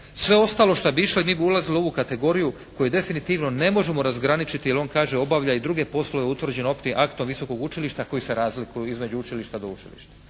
/Govornik se ne razumije./ … ulazilo u ovu kategoriju koju definitivno ne možemo razgraničiti jer on kaže «obavlja i druge poslove utvrđene općim aktom Visokog učilišta koji se razlikuju između učilišta do učilišta.»